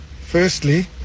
firstly